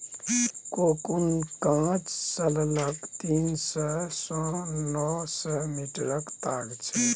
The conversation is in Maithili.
कोकुन काँच सिल्कक तीन सय सँ नौ सय मीटरक ताग छै